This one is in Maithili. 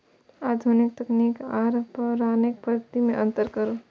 आधुनिक तकनीक आर पौराणिक पद्धति में अंतर करू?